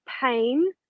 pain